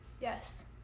Yes